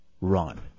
run